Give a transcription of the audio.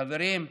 חברים,